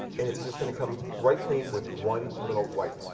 and it's just going to come right clean with one little white.